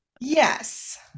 Yes